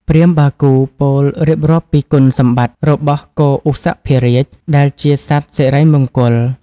ព្រាហ្មណ៍បាគូពោលរៀបរាប់ពីគុណសម្បត្តិរបស់គោឧសភរាជដែលជាសត្វសិរីមង្គល។